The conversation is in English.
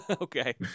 Okay